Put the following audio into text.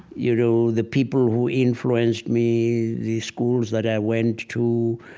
you know, the people who influenced me, the schools that i went to.